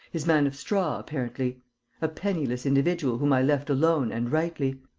his man of straw, apparently a penniless individual whom i left alone and rightly.